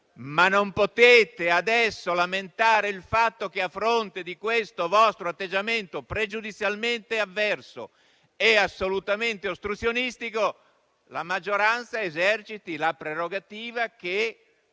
ma non potete adesso lamentare il fatto che, a fronte di questo vostro atteggiamento pregiudizialmente avverso e assolutamente ostruzionistico, la maggioranza eserciti la prerogativa che